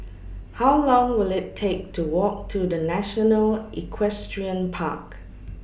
How Long Will IT Take to Walk to The National Equestrian Park